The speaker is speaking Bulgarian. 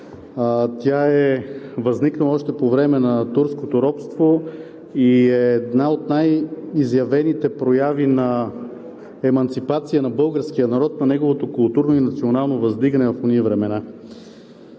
Тя е възникнала още по време на турското робство и е една от най-изявените прояви на еманципация на българския народ, на неговото културно и национално въздигане в ония времена.